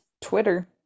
Twitter